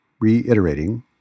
reiterating